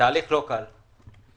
לא קל.